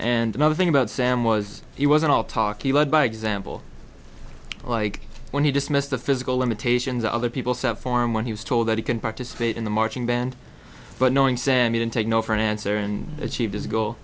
and another thing about sam was he wasn't all talk he led by example like when he dismissed the physical limitations other people set form when he was told that he can participate in the marching band but knowing sammy didn't take no for an answer and achieve his go